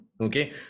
okay